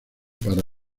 para